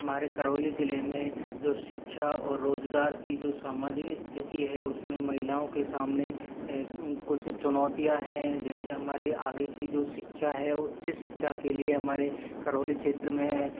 हमारे करौली जिले में जो शिक्षा और रोजगार की जो सामाजिक स्थिति है उसमें महिलाओं के सामने कुछ चुनौतियाँ हैं जैसे हमारे आगे की जो शिक्षा है उच्च शिक्षा के लिए हमारे करौली क्षेत्र में